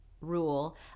rule